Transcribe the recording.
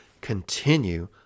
continue